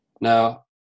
Now